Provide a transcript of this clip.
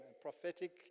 prophetic